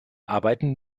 arbeiten